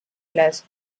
las